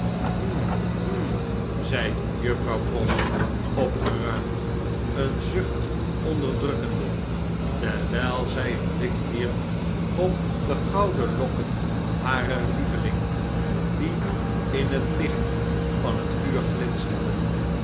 zei juffrouw pross opgeruimd een zucht onderdrukkende terwijl zij een blik wierp op de gouden lokken harer lieveling die in het licht van het vuur glinsterden